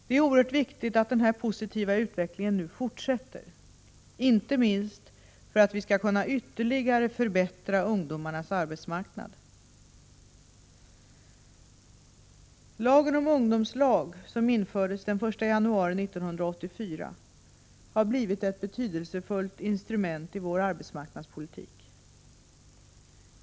Det är oerhört viktigt att den här positiva utvecklingen nu fortsätter, inte minst för att vi skall kunna ytterligare förbättra ungdomarnas arbetsmarknad. Lagen om ungdomslag, som infördes den 1 januari 1984, har blivit ett betydelsefullt instrument i vår arbetsmarknadspolitik.